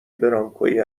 برانکوی